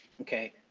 okay